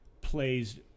plays